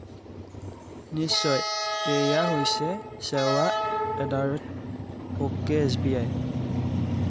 নিশ্চয় এইয়া হৈছে সেৱা at the rate okay S B I